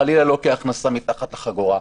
חלילה לא כהכנסה מתחת לחגורה.